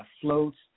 floats